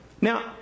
Now